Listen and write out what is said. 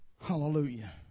Hallelujah